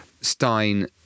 Stein